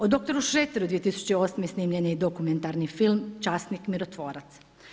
O dr. Šreteru 2008. snimljen je i dokumentarni film „Časnik, mirotvorac.